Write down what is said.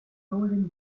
holding